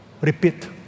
repeat